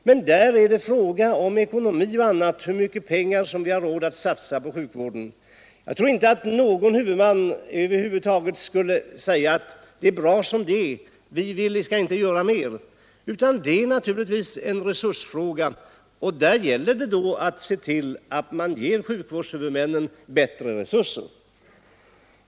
Men här är det ju fråga om hur mycket pengar vi har råd att satsa på sjukvården. Jag tror inte att någon huvudman skulle säga att det är bra som det är, vi skall inte göra mera. Det gäller här en resursfråga. Man måste se till att man ger sjukvårdshuvudmännen bättre resurser.